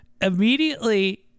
immediately